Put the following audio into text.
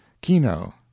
Kino